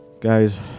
Guys